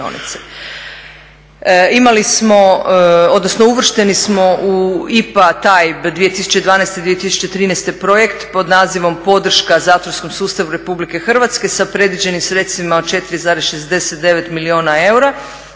Imali smo odnosno uvršteni smo u IPA TAIB 2012.-2013.projekt pod nazivom Podrška zatvorskom sustavu RH sa predviđenim sredstvima od 4,69 milijuna eura